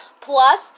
Plus